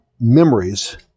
memories